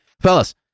Fellas